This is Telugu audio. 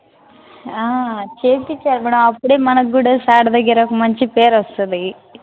చేయించాలి మేడం అప్పుడే మనకి కూడా సార్ దగ్గర ఒక మంచి పేరు వస్తుంది